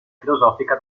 filosofica